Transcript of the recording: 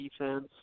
defense